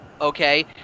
Okay